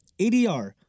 ADR